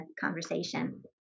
conversation